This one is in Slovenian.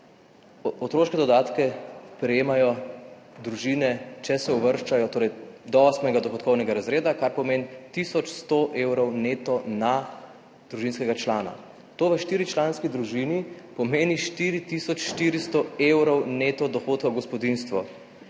otroške dodatke prejemajo družine do osmega dohodkovnega razreda, kar pomeni tisoč 100 evrov neto na družinskega člana. To v štiričlanski družini pomeni 4 tisoč 400 evrov neto dohodka v gospodinjstvo,